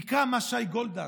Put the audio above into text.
יקרא מה שי גוֹלדָן,